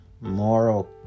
moral